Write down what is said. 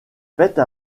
faites